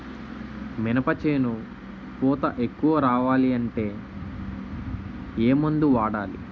మినప చేను పూత ఎక్కువ రావాలి అంటే ఏమందు వాడాలి?